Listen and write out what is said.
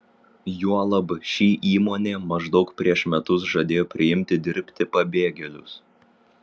juolab ši įmonė maždaug prieš metus žadėjo priimti dirbti pabėgėlius